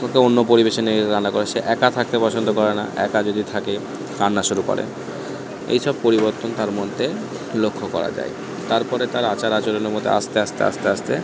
তাকে অন্য পরিবেশে নিয়ে গেলে কান্না করে সে একা থাকতে পছন্দ করে না একা যদি থাকে কান্না শুরু করে এসব পরিবর্তন তার মধ্যে লক্ষ্য করা যায় তারপরে তার আচার আচরণের মধ্যে আস্তে আস্তে আস্তে আস্তে